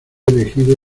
elegido